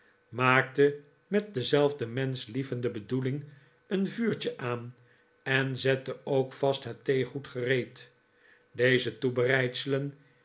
maakte met dezelfde menschlievende bedoeling een vuurtje aan en zette ook vast het theegoed gereed deze